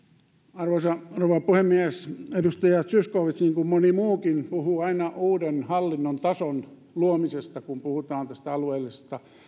arvoisa rouva puhemies edustaja zyskowicz niin kuin moni muukin puhuu aina uuden hallinnontason luomisesta kun puhutaan tästä alueellisesta